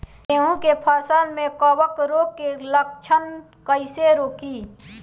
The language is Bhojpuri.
गेहूं के फसल में कवक रोग के लक्षण कईसे रोकी?